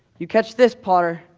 you catch this, potter,